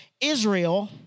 Israel